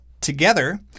together